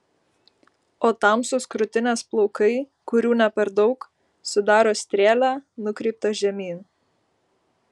o tamsūs krūtinės plaukai kurių ne per daug sudaro strėlę nukreiptą žemyn